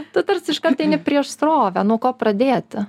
tu tarsi iškart eini prieš srovę nuo ko pradėti